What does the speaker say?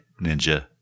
Ninja